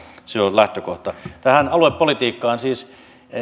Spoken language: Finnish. on lähtökohta aluepolitiikkaan siis